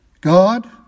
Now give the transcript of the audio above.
God